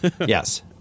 yes